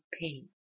pain